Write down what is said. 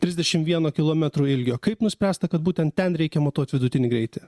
trisdešimt vieno kilometro ilgio kaip nuspręsta kad būtent ten reikia matuoti vidutinį greitį